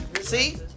see